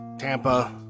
Tampa